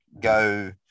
go